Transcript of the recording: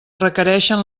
requereixen